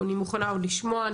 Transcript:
אני מוכנה עוד לשמוע,